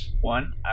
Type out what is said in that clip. One